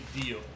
deal